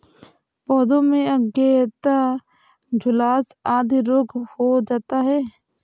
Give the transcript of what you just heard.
पौधों में अंगैयता, झुलसा आदि रोग हो जाता है